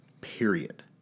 period